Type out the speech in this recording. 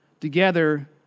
Together